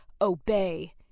obey